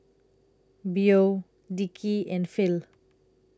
Beau Dickie and Phil